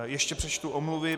Ještě přečtu omluvy.